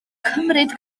cymryd